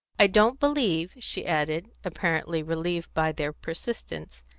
i don't believe, she added, apparently relieved by their persistence,